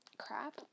crap